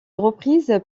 reprise